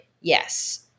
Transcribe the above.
Yes